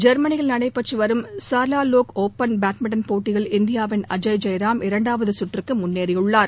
ஜெர்மனியில் நடைபெற்று வரும் சார்வோர்லக் ஒபன் பேட்மிண்டன் போட்டியில் இந்தியாவின் அஜய் ஜெய்ராம் இரண்டாம் சுற்றுக்கு முன்னேறியுள்ளார்